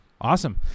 awesome